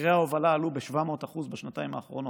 מחירי ההובלה עלו ב-700% בשנתיים האחרונות.